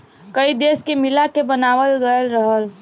कई देश के मिला के बनावाल गएल रहल